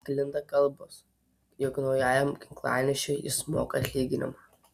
sklinda kalbos jog naujajam ginklanešiui jis moka atlyginimą